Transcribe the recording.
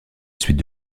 suite